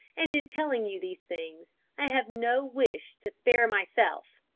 and in telling you these things i have no wish to spare myself,